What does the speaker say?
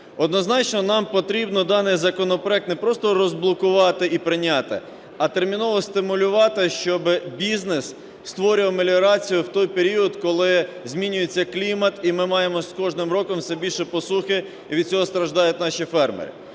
Однозначно, нам потрібно даний законопроект не просто розблокувати і прийняти, а терміново стимулювати, щоб бізнес створював меліорацію в той період, коли змінюється клімат, і ми маємо з кожним роком все більше посухи і від цього страждають наші фермери.